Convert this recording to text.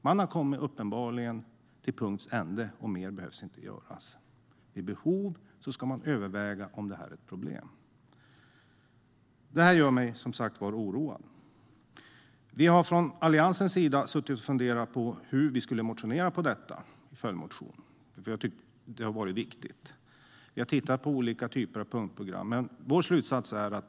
Man har uppenbarligen kommit till vägs ände. Mer behöver inte göras. Vid behov ska man överväga om det här är ett problem. Det här gör mig som sagt oroad. Vi har från Alliansens sida suttit och funderat på hur vi skulle motionera i fråga om detta, i en följdmotion. Det har varit viktigt. Vi har tittat på olika typer av punktprogram.